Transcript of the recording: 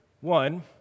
one